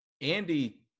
Andy